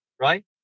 right